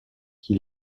qui